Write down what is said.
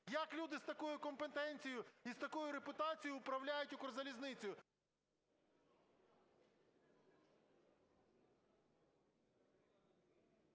Як люди з такою компетенцією і з такою репутацією управляють Укрзалізницею?